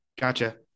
Gotcha